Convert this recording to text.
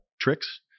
tricks